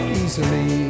easily